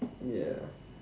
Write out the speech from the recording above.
ya